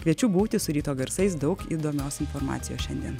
kviečiu būti su ryto garsais daug įdomios informacijos šiandien